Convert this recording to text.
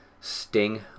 Sting